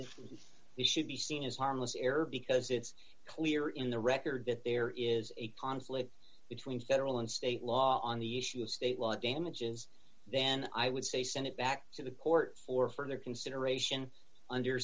this should be seen as harmless error because it's clear in the record that there is a conflict between federal and state law on the issue of state law damages then i would say send it back to the court for further consideration under